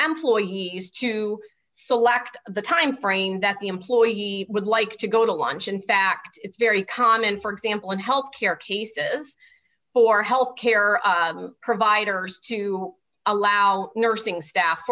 employees to select the timeframe that the employee would like to go to lunch in fact it's very common for example in health care cases for health care of providers to allow nursing staff